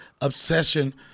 obsession